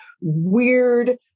weird